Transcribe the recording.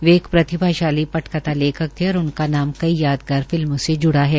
वे एक प्रतिभाशाली पटकथा लेखक थे और उनका नाम कई यादगार फिल्मों से जुड़ा है